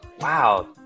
Wow